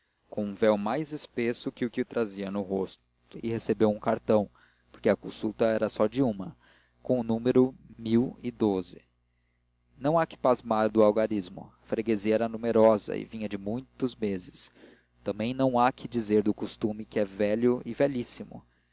como um véu mais espesso que o que trazia no rosto e recebeu um cartão porque a consulta era só de uma com o número não há que pasmar do algarismo a freguesia era numerosa e vinha de muitos meses também não há que dizer do costume que é velho e velhíssimo